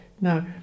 no